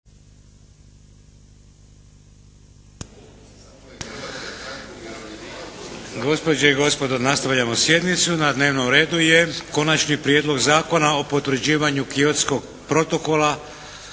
Gospođe i gospodo, nastavljamo sjednicu. Na dnevnom redu je - Konačni prijedlog zakona o potvrđivanju Kyotskog protokola